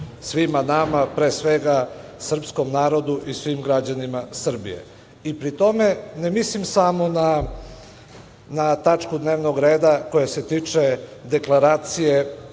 svima nama, pre svega srpskom narodu i svim građanima Srbije. Pri tome, ne mislimo samo na tačku dnevnog reda koja se tiče deklaracije